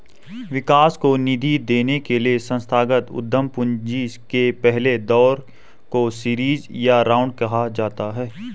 विकास को निधि देने के लिए संस्थागत उद्यम पूंजी के पहले दौर को सीरीज ए राउंड कहा जाता है